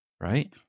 right